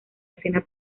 escena